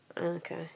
okay